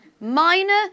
minor